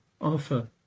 Offer